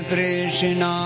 Krishna